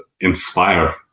inspire